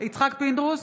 יצחק פינדרוס,